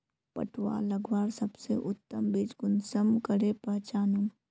पटुआ लगवार सबसे उत्तम बीज कुंसम करे पहचानूम?